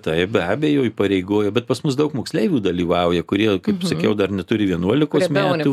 taip be abejo įpareigoja bet pas mus daug moksleivių dalyvauja kurie kaip sakiau neturi vienuolikos metų